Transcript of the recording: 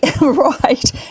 Right